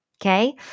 Okay